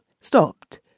stopped